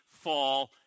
fall